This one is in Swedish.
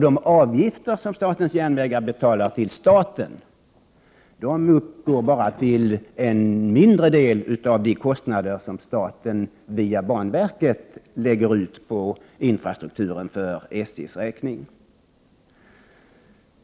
De avgifter som statens järnvägar betalar till staten utgör bara en mindre del av de pengar som staten via banverket lägger ut på infrastrukturen för SJ:s räkning.